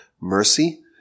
mercy